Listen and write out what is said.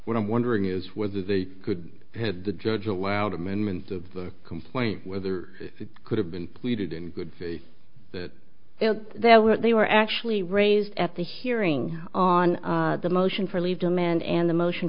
what i'm wondering is whether they could had the judge allowed amendments of the complaint whether it could have been pleaded in good faith that there were they were actually raised at the hearing on the motion for leave demand and the motion